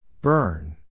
Burn